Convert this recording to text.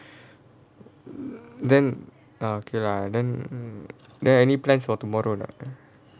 then uh okay lah then then any plans for tomorrow or not